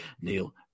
Neil